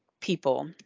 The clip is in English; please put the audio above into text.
people